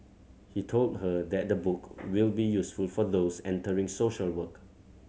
he told her that the book will be useful for those entering social work